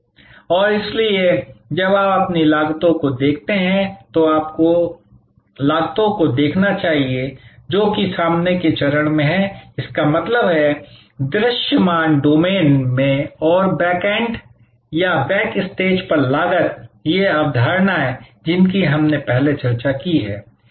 और इसलिए जब आप अपनी लागतों को देखते हैं तो आपको लागतों को देखना चाहिए जो कि सामने के चरण में हैं इसका मतलब है दृश्यमान डोमेन में और बैकएंड या बैकस्टेज पर लागत ये अवधारणाएं जिनकी हमने पहले चर्चा की है